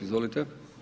Izvolite.